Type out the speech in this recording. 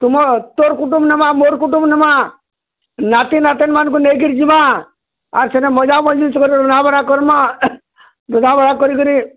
ତୁମର୍ ତୋର୍ କୁଟୁମ୍ ନମାଁ ମୋର୍ କୁଟୁମ୍ ନେମାଁ ନାତି ନାତୁନ୍ମାନଙ୍କୁ ନେଇକରି ଯିବା ଆର୍ ସେନେ ମଜାମଜଲିସ୍ କରି ରନ୍ଧାବଢ଼ା କରମା ରନ୍ଧାବଢ଼ା କରିକରି